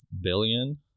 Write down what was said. billion